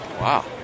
wow